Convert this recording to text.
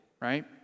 right